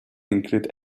include